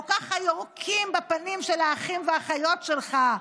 או ככה יורקים בפנים של האחים והאחיות שלך,